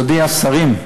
אדוני השרים.